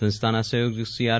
સંસ્થાના સંયોજક શ્રી આર